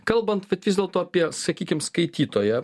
kalbant vat vis dėlto apie sakykim skaitytoją